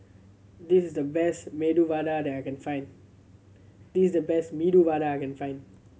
this is the best Medu Vada that I can find this is the best Medu Vada I can find